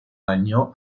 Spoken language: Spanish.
año